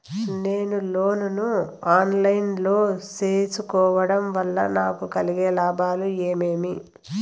నేను లోను ను online లో సేసుకోవడం వల్ల నాకు కలిగే లాభాలు ఏమేమీ?